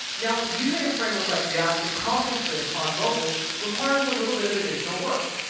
now, using a framework like react to accomplish this on mobile requires a little bit of additional work.